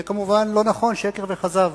זה כמובן לא נכון, שקר וכזב.